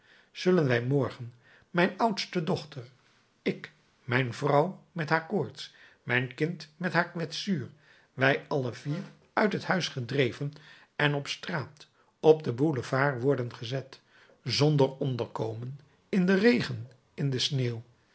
zullen wij morgen mijn oudste dochter ik mijn vrouw met haar koorts mijn kind met haar kwetsuur wij alle vier uit het huis gedreven en op de straat op den boulevard worden gezet zonder onderkomen in den regen in de sneeuw